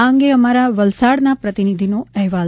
આ અંગે અમારા વલસાડના પ્રતિનિધિનો અહેવાલ